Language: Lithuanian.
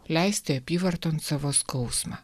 leisti apyvarton savo skausmą